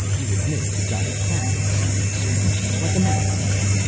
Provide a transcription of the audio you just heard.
you admit they've got problem-solving circuits like a man has.